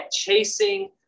chasing